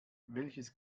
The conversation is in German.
welches